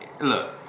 look